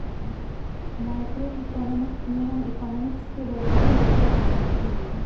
macroeconomics में हम economics के बड़े बड़े विषयों को पढ़ते हैं